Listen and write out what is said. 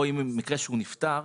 או במקרה שהוא נפטר,